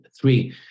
three